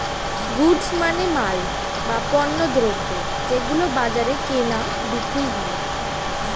goods মানে মাল, বা পণ্যদ্রব যেগুলো বাজারে কেনা বিক্রি হয়